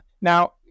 Now